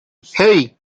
hey